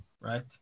right